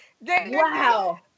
Wow